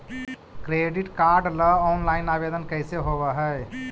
Credit card ल online आवेदन कैसे होब है?